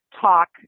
talk